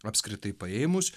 apskritai paėmus